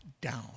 down